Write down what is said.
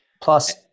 plus